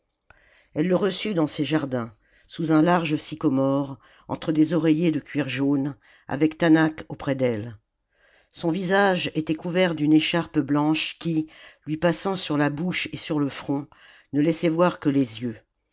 elle le reçut dans ses jardins sous un large sycomore entre des oreillers de cuir jaune avec taanach auprès d'elle son visage était couvert d'une écharpe blanche qui lui passant sur la bouche et sur le front ne laissait voir que les yeux